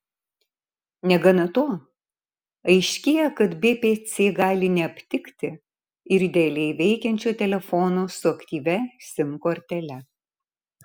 negana to aiškėja kad bpc gali neaptikti ir idealiai veikiančio telefono su aktyvia sim kortele